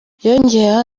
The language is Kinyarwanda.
yongeyeho